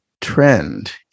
trend